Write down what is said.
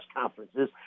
conferences